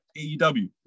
AEW